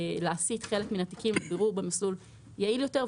להסיט חלק מן התיקים לבירור במסלול יעיל יותר,